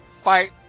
fight